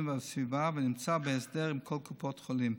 והסביבה ונמצא בהסדר עם כל קופות החולים.